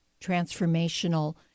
transformational